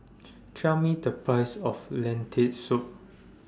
Tell Me The Price of Lentil Soup